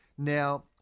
Now